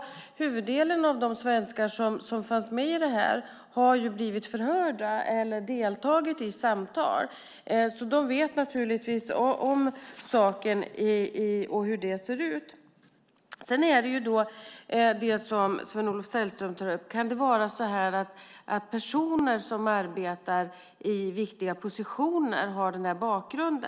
Ja, huvuddelen av de svenskar som fanns med i materialet har blivit förhörda eller deltagit i samtal. De känner naturligtvis till saken. Sedan var det frågan som Sven-Olof Sällström tog upp, nämligen om personer som arbetar i viktiga positioner har denna bakgrund.